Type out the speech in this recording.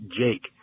Jake